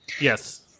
Yes